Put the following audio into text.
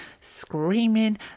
screaming